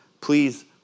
please